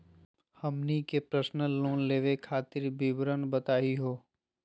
हमनी के personal loan लेवे खातीर विवरण बताही हो?